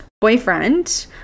boyfriend